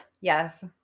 Yes